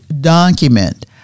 document